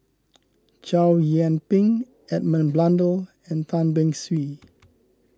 Chow Yian Ping Edmund Blundell and Tan Beng Swee